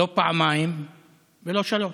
לא פעמיים אלא שלוש: